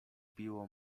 biło